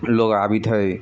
लोक आबैत हइ